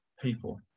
people